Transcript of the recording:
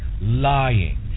Lying